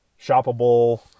shoppable